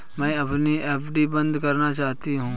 मैं अपनी एफ.डी बंद करना चाहती हूँ